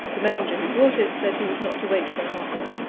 the messenger who brought it said he was not to wait for an answer.